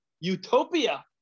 utopia